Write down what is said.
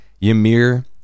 Ymir